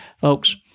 Folks